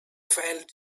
felt